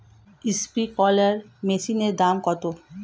Sprinkler মেশিনের দাম কত?